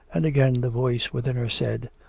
and again the voice within her said,